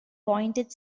pointed